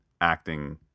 acting